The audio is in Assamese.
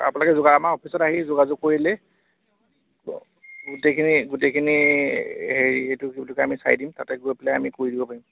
আপোনালোকে যোগা আমাৰ অফিচত আহি যোগাযোগ কৰিলে গোটেইখিনি গোটেইখিনি হেৰি এইটো কি বুলি কয় আমি চাই দিম তাতে গৈ পেলাই আমি কৰি দিব পাৰিম